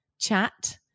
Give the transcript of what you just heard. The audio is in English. chat